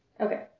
Okay